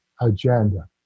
agenda